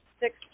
six